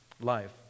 life